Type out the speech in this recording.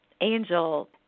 angel